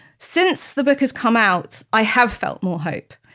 since the book has come out, i have felt more hope.